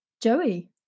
Joey